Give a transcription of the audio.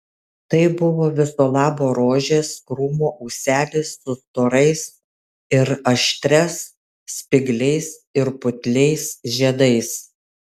tai buvo viso labo rožės krūmo ūselis su storais ir aštrias spygliais ir putliais žiedais